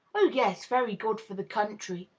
oh, yes very good for the country.